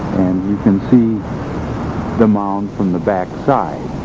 you can see the mound from the back side,